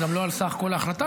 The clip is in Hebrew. וגם לא על סך כל ההחלטה,